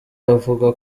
bavuga